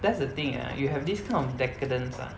that's the thing ah you have this kind of decadence ah